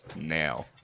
now